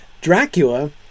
Dracula